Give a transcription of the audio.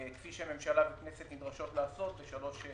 כפי שממשלה וכנסת נדרשות לעשות בשלוש קריאות.